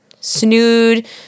Snood